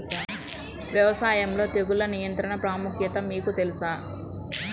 వ్యవసాయంలో తెగుళ్ల నియంత్రణ ప్రాముఖ్యత మీకు తెలుసా?